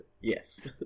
Yes